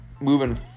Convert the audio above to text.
Moving